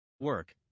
work